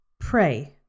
pray